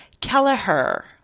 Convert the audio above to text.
Kelleher